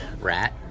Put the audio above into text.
Rat